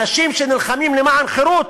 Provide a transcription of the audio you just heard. אנשים שנלחמים למען חירות,